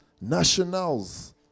nationals